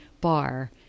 bar